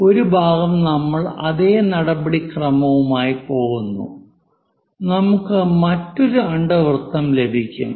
1 ഭാഗം നമ്മൾ അതേ നടപടിക്രമവുമായി പോകുന്നു നമുക്ക് മറ്റൊരു അണ്ഡവൃത്തം ലഭിക്കും